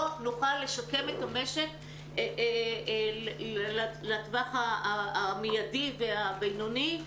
לא נוכל לשקם את המשק לטווח המידי והבינוני,